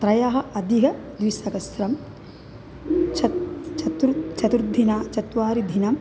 त्रयः अधिकः द्विसहस्रं चेत् चतुरः चतुर्दिनं चत्वारि दिनम्